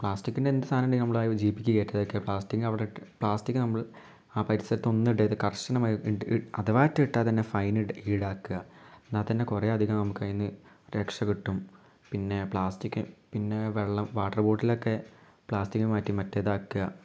പ്ലാസ്റ്റിക്കിൻ്റെ എന്ത് സാധനം ഉണ്ടെങ്കിലും നമ്മൾ ആ ജീപ്പിലേക്ക് കയറ്റാതിരിക്കുക പ്ലാസ്റ്റിക്ക് അവിടെ ഇട്ട് പ്ലാസ്റ്റിക്ക് നമ്മൾ ആ പരിസരത്തൊന്നും ഇടരുത് കർശനമായി അഥവാ ഇട്ടാൽ തന്നെ ഫൈന് ഈടാക്കുക ഈടാക്കുക എന്നാൽ തന്നെ കുറേ അധികം നമുക്ക് അതിന് രക്ഷ കിട്ടും പിന്നെ പ്ലാസ്റ്റിക്ക് പിന്നെ വെള്ളം വാട്ടർ ബോട്ടിലൊക്കെ പ്ലാസ്റ്റിക്ക് മാറ്റി മറ്റേതാക്കുക